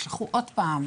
תשלחו עוד פעם,